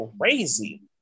crazy